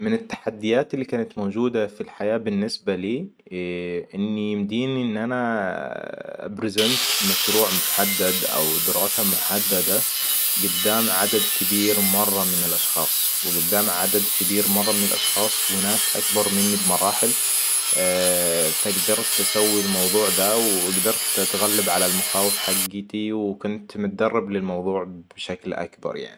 من التحديات اللي كانت موجودة في الحياة بالنسبة لي ان يمديني إن أنا أبريزينت مشروع محدد او دراسة محددة قدام عدد كبير مرة من الاشخاص وقدام عدد كبير مرة من الأشخاص وناس اكبر مني بمراحل فقدرت أسوي الموضوع ذا وقدرت أتغلب على المخاوف حقتي وكنت متدرب للموضوع بشكل أكبر يعني